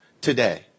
today